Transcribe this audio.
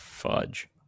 fudge